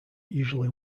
usually